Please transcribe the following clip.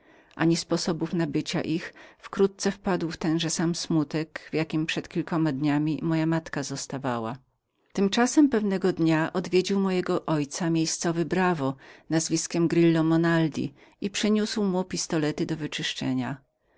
ani sposobów nabycia ich wkrótce wpadł w tenże sam smutek w jakim przed kilkoma dniami matka moja zostawała tymczasem pewnego dnia wszedł do mojego ojca najemny wojak tamtejszy nazwiskiem grillo monaldi i przyniósł mu pistolety do wyczyszczenia